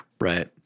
right